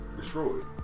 destroyed